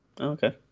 okay